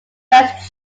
affects